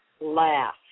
laugh